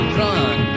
run